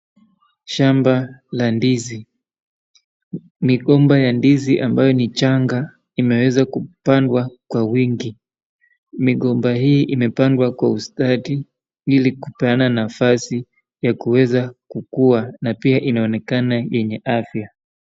Shamba la ndizi, migomba ya ndizi ambayo ni changa imeweza kupandwa kwa wingi, migomba hii imepandwa kwa ustadi ili kupeana nafasi ya kuweza kukua na pia inaonekana yenye afya.